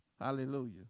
Hallelujah